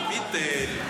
ביטל.